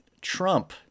Trump